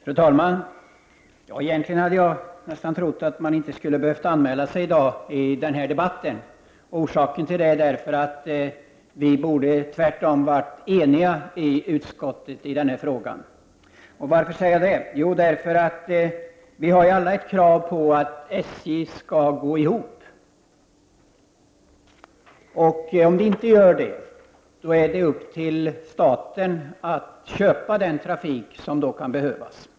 Fru talman! Jag trodde egentligen att man inte skulle behöva anmäla sig till denna debatt. Orsaken till detta är att vi tvärtom borde ha varit eniga i utskottet när det gäller den här frågan. Varför säger jag så? Jo, vi har alla ett krav på att SJ skall gå ihop ekonomiskt. Om så inte är fallet är det upp till staten att köpa den trafik som kan behövas.